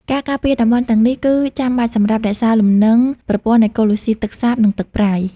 ការការពារតំបន់ទាំងនេះ គឺចាំបាច់សម្រាប់រក្សាលំនឹងប្រព័ន្ធអេកូឡូស៊ីទឹកសាប និងទឹកប្រៃ។